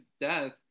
death